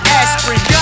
aspirin